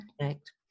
connect